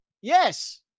yes